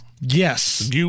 Yes